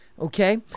Okay